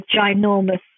ginormous